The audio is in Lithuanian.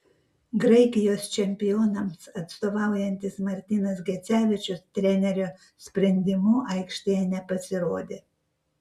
graikijos čempionams atstovaujantis martynas gecevičius trenerio sprendimu aikštėje nepasirodė